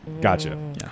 Gotcha